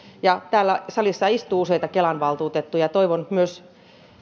ja täällä salissa istuu useita kelan valtuutettuja toivon myös